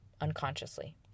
unconsciously